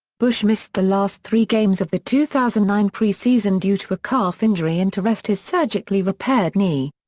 bush missed the last three games of the two thousand and nine preseason due to a calf injury and to rest his surgically repaired knee.